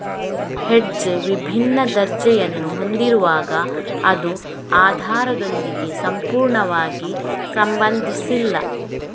hedge ವಿಭಿನ್ನ ದರ್ಜೆಯನ್ನು ಹೊಂದಿರುವಾಗ ಅದು ಆಧಾರದೊಂದಿಗೆ ಸಂಪೂರ್ಣವಾಗಿ ಸಂಬಂಧಿಸಿಲ್ಲ